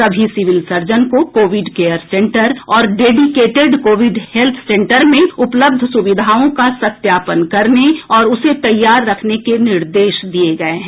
सभी civil surgeon को covid care centre और डेडिकेटेड कोविड हेत्थ सेंटर में उपलब्ध सुविधाओं का सत्यापन करने और उसे तैयार रखने के निर्देश दिये गये हैं